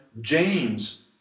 James